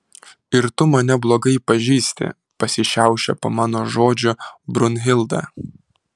ir tu mane blogai pažįsti pasišiaušia po mano žodžių brunhilda